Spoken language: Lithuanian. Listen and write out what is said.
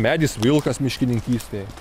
medis vilkas miškininkystėje